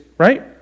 right